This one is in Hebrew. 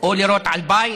או לירות על בית,